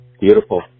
Beautiful